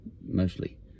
mostly